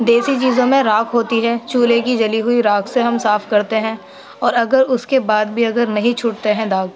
دیسی چیزوں میں راکھ ہوتی ہے چولہے کی جلی راکھ سے ہم صاف کرتے ہیں اور اگر اس کے بعد بھی اگر نہیں چھوٹتے ہیں داغ